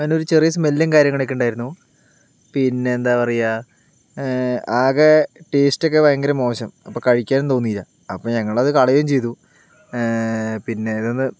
അതിനൊരു ചെറിയ സ്മെല്ലും കാര്യങ്ങളൊക്കെ ഉണ്ടായിരുന്നു പിന്നെ എന്താ പറയുക ആകെ ടേസ്റ്റ് ഒക്കെ ഭയങ്കര മോശം അപ്പോൾ കഴിക്കാനും തോന്നിയില്ല അപ്പോൾ ഞങ്ങളത് കളയുകയും ചെയ്തു പിന്നെ ഇതൊന്ന്